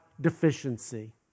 deficiency